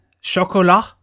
Chocolat